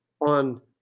on